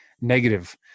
negative